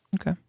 Okay